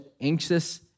anxious